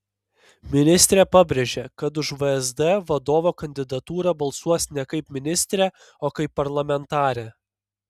ministrė pabrėžė kad už vsd vadovo kandidatūrą balsuos ne kaip ministrė o kaip parlamentarė